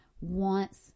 Wants